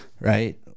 right